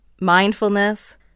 mindfulness